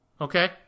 Okay